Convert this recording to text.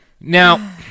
Now